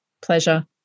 pleasure